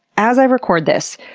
as i record this,